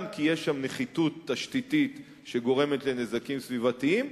גם כי יש שם נחיתות תשתיתית שגורמת נזקים סביבתיים,